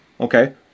Okay